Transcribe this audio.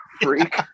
freak